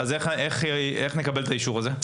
איך נקבל את האישור הזה?